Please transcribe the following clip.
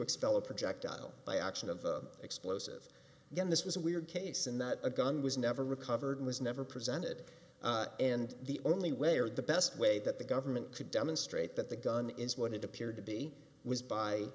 expel a projectile by action of the explosive again this was a weird case in that a gun was never recovered and was never presented and the only way or the best way that the government could demonstrate that the gun is what it appeared to be was by